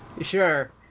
Sure